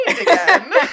again